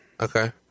Okay